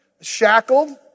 shackled